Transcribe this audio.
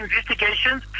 investigations